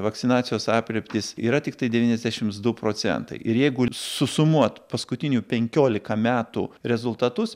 vakcinacijos aprėptys yra tiktai devyniasdešimt du procentai ir jeigu susumuot paskutinių penkiolika metų rezultatus